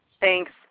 Thanks